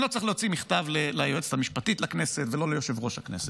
אני לא צריך להוציא מכתב ליועצת המשפטית לכנסת ולא ליושב-ראש הכנסת,